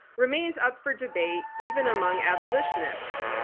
remains up for debate even among abolitionists,